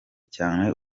cyane